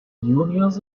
juniors